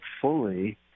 fully